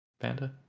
Panda